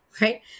right